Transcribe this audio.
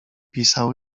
pisał